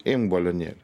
imk balionėlį